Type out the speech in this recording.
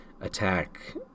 attack